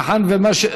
לא משנה.